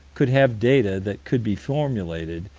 could have data that could be formulated,